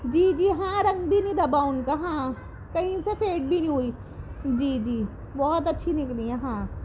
جی جی ہاں رنگ بھی نہیں دبا ان کا ہاں کہیں سے فیڈ بھی نہیں ہوئیں جی جی بہت اچھی نکلی ہیں ہاں